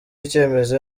icyemezo